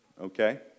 okay